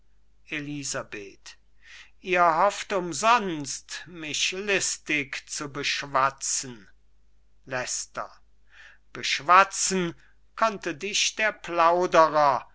elisabeth ihr hofft umsonst mich listig zu beschwatzen leicester beschwatzen konnte dich der plauderer